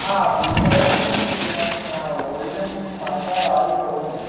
ആ wheel alignment ഒന്ന് check ചെയ്യണം ഓയിലും മാറ്ററായെന്ന് തോന്നുന്നുണ്ട്